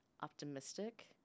optimistic